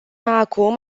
acum